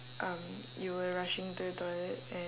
um you were rushing to the toilet and